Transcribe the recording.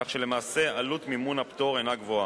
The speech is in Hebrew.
כך שלמעשה עלות מימון הפטור אינה גבוהה.